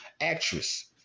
actress